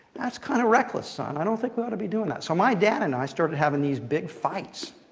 that's kind of reckless, son. i don't think we ought to be doing that. so my dad and i started having these big fights,